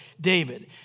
David